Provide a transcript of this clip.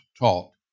taught